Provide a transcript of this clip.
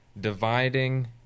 Dividing